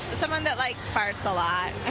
someone that like farts a lot.